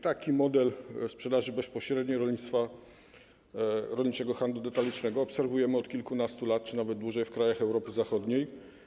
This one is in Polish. Taki model sprzedaży bezpośredniej rolniczego handlu detalicznego obserwujemy od kilkunastu lat czy nawet dłużej w krajach Europy Zachodniej.